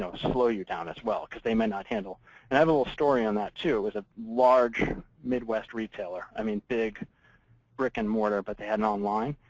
slow you down, as well. because they may not handle and i have a little story on that, too. it was a large midwest retailer i mean, big brick and mortar. but they had an online.